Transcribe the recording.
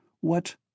What—